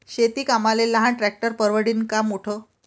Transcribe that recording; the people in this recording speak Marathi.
शेती कामाले लहान ट्रॅक्टर परवडीनं की मोठं?